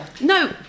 No